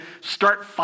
Start